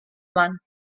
man